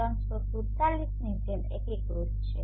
347 ની જેમ એકીકૃત છે